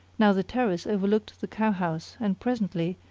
now the ter race overlooked the cowhouse and presently,